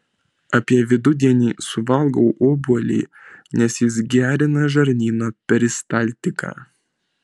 apie vidudienį suvalgau obuolį nes jis gerina žarnyno peristaltiką